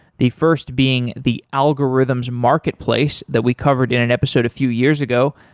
the first being the algorithms marketplace that we covered in an episode a few years ago.